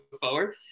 forward